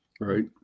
Right